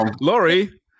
Laurie